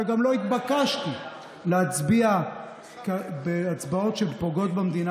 וגם לא התבקשתי להצביע הצבעות שפוגעות במדינה,